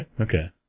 Okay